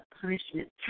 punishment